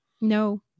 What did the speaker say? No